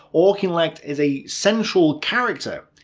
auchinleck is a central character.